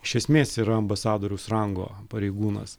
iš esmės yra ambasadoriaus rango pareigūnas